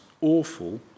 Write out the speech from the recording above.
awful